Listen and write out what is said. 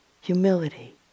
humility